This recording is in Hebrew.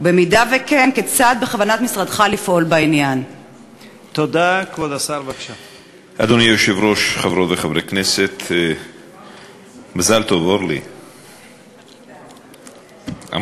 2. אם